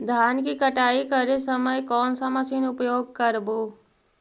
धान की कटाई के समय कोन सा मशीन उपयोग करबू?